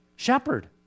shepherd